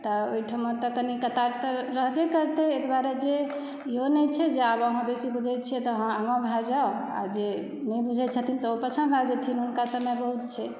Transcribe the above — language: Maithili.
तऽ ओहिठाम ठमा तऽ कनि कतार तऽ रहबे करतै एतबा जे इहो नइहि छै जे आब अहाँ बेसी बुजुर्ग छियै तऽ अहाँ आगाँ भए जाउ आओर जे नहि बुझै छथिन तऽ ओ पाछाँ भए जैथिन हुनका सभमे ई बहुत छै